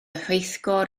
rheithgor